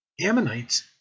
Ammonites